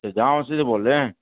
جامع مسجد سے بول رہے ہیں